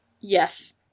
Yes